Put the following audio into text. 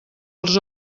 els